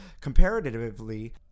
Comparatively